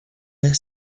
their